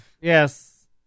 Yes